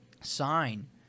sign